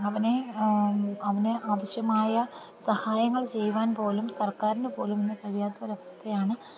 അവനെ അവൻ ആവശ്യമായ സഹായങ്ങൾ ചെയ്യുവാൻ പോലും സർക്കാരിനു പോലും ഇന്നു കഴിയാത്ത ഒരു അവസ്ഥയാണ്